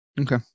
Okay